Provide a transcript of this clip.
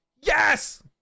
Yes